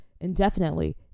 indefinitely